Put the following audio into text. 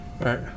Right